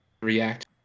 react